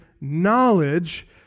knowledge